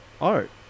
art